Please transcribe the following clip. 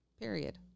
Period